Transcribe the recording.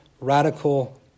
radical